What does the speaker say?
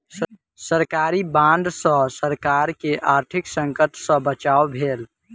सरकारी बांड सॅ सरकार के आर्थिक संकट सॅ बचाव भेल